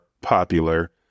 popular